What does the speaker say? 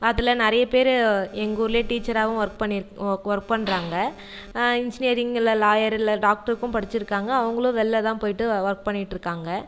அதில் நிறைய பேர் எங்கர்லயே டீச்சராகவும் வொர்க் பண்ணிருக்க வொர்க் பண்ணுறாங்கள் இன்ஜினேரிங் இல்லை லாயர் இல்லை டாக்ருக்கும் படிச்சுருக்காங்க அவங்களும் வெளிள தான் போயிட்டு வொ வொர்க் பண்ணிட்டியிருக்காங்கள்